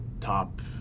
top